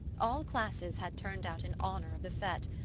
all classes had turned out in honour of the fete,